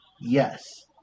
Yes